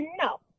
no